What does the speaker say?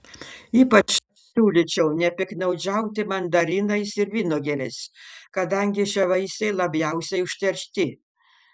ypač siūlyčiau nepiktnaudžiauti mandarinais ir vynuogėmis kadangi šie vaisiai labiausiai užteršti